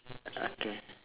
okay